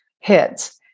hits